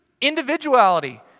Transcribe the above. Individuality